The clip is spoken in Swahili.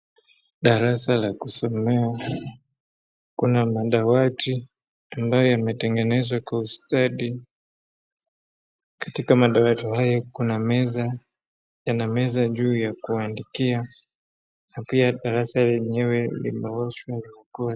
Darasa la kusomea, kuna madawati ambayo yametengenezwa kwa ustadi, katika madawati hayo kuna meza, yana meza juu ya kuandikia, na pia darasa yenyewe limeoshwa.